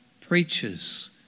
Preachers